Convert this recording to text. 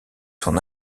son